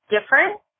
different